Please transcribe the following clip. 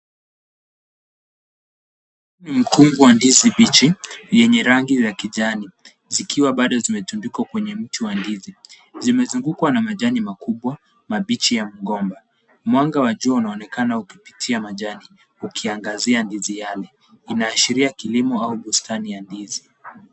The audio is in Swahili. Mkungu wa ndizi mbichi yenye rangi ya kijani zikiwa bado zimetundikwa kwenye mti wa ndizi zimesungukwa majani makubwa mabichi ya mgomba mwanga wa jua unaonekana ukipitia majani ukiangazia ndizi Yale unaashiria kilimo au bustani wa ndizi.